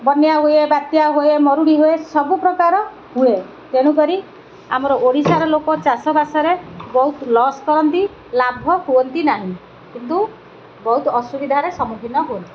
ବନ୍ୟା ହୁଏ ବାତ୍ୟା ହୁଏ ମରୁଡ଼ି ହୁଏ ସବୁପ୍ରକାର ହୁଏ ତେଣୁକରି ଆମର ଓଡ଼ିଶାର ଲୋକ ଚାଷବାସରେ ବହୁତ ଲସ୍ କରନ୍ତି ଲାଭ ହୁଅନ୍ତି ନାହିଁ କିନ୍ତୁ ବହୁତ ଅସୁବିଧାରେ ସମ୍ମୁଖୀନ ହୁଅନ୍ତି